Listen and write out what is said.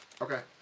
Okay